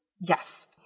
Yes